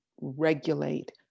regulate